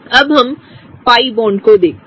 अब हम pi bond को देखते हैं